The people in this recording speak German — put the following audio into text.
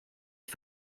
die